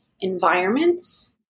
environments